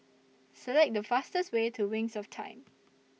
Select The fastest Way to Wings of Time